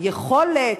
יכולת,